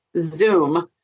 Zoom